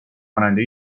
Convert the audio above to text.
کننده